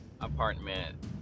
apartment